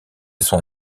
son